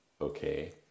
okay